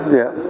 yes